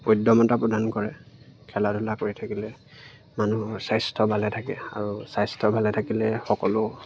উদ্যমতা প্ৰদান কৰে খেলা ধূলা কৰি থাকিলে মানুহৰ স্বাস্থ্য ভালে থাকে আৰু স্বাস্থ্য ভালে থাকিলে সকলো